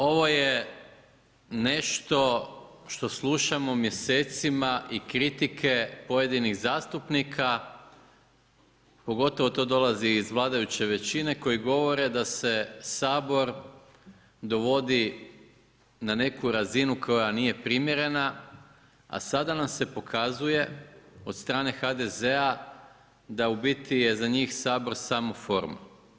Ovo je nešto što slušamo mjesecima i kritike pojedinih zastupnika, pogotovo to dolazi iz vladajuće većine koji govore da se Sabor dovodi na neku razinu koja nije primjerena, a sada nam se pokazuje od strane HDZ-a da u biti je za njih Sabor samo forma.